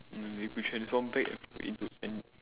if you transform back into an